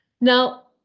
Now